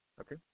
Okay